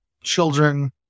children